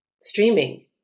streaming